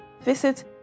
visit